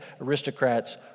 aristocrats